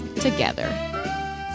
together